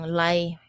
lie